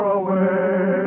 away